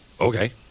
Okay